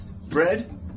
Bread